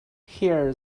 here